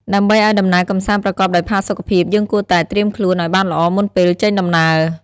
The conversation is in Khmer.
ដើម្បីឱ្យដំណើរកម្សាន្តប្រកបដោយផាសុកភាព យើងគួរតែ ត្រៀមខ្លួន ឱ្យបានល្អមុនពេលចេញដំណើរ។